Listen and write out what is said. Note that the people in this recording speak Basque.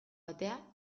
atea